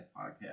podcast